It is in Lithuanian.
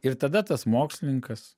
ir tada tas mokslininkas